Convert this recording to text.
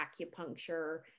acupuncture